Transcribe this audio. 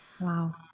Wow